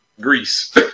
Greece